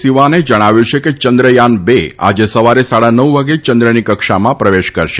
સીવાને જણાવ્યું છે કે ચંદ્રયાન બે આજે સવારે સાડા નવ વાગે યંદ્રની કક્ષામાં પ્રવેશ કરશે